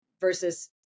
versus